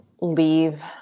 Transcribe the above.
leave